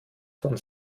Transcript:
von